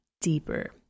deeper